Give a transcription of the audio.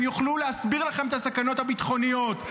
יוכלו להסביר לכם את הסכנות הביטחוניות.